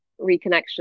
reconnection